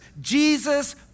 Jesus